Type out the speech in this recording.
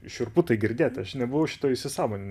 šiurpu tai girdėti aš nebuvau šito įsisąmoninęs